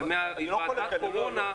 השתדלנו מאוד לשמור על כללים אחידים.